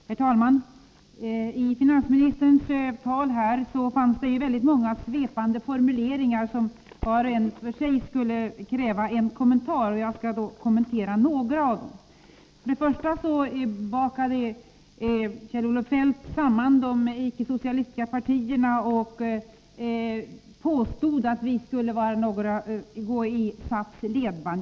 Herr talman! I finansministerns tal här fanns det väldigt många svepande formuleringar som var och en för sig skulle kräva en kommentar, och jag skall kommentera några av dem. Först och främst bakade Kjell-Olof Feldt samman de icke-socialistiska partierna och påstod att vi skulle gå i SAF:s ledband.